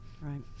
right